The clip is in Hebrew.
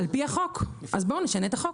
על פי החוק, אז בואו נשנה את החוק.